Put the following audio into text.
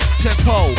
tempo